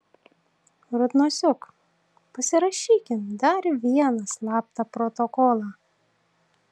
rudnosiuk pasirašykim dar vieną slaptą protokolą